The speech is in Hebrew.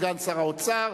סגן שר האוצר.